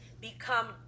become